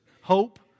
Hope